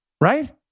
Right